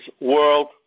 World